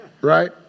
right